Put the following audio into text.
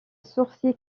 sorcier